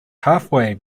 halfway